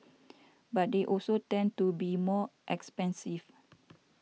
but they also tend to be more expensive